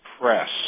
Press